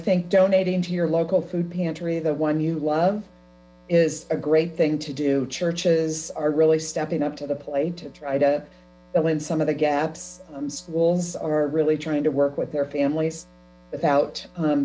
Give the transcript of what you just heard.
think donating to your local food pantry the one you love is a great thing to do churches are really stepping up to the plate to try to fill in some of the gaps schools are really trying to work with their families without